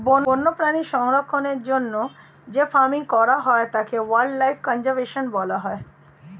বন্যপ্রাণী সংরক্ষণের জন্য যে ফার্মিং করা হয় তাকে ওয়াইল্ড লাইফ কনজার্ভেশন বলা হয়